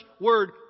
word